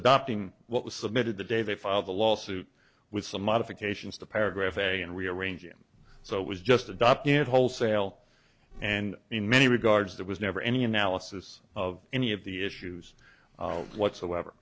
adopting what was submitted the day they filed the lawsuit with some modifications to paragraph a and rearrange him so it was just a document wholesale and in many regards there was never any analysis of any of the issues whatsoever